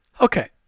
Okay